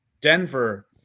Denver